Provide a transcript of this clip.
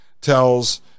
tells